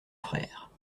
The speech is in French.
frère